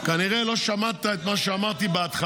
כנראה לא שמעת את מה שאמרתי בהתחלה.